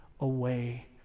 away